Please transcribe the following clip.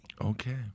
Okay